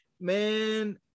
man